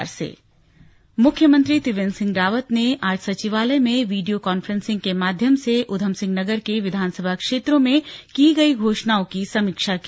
CM समीक्षा मुख्यमंत्री त्रिवेंद्र सिंह रावत ने आज सचिवालय में वीडियो कान्फ्रेंसिंग के माध्यम से ऊधमसिंह नगर के विधानसभा क्षेत्रों में की गई घोषणाओं की समीक्षा की